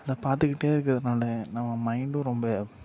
அதை பார்த்துக்கிட்டு இருக்கிறதுனால நம்ம மைண்டும் ரொம்ப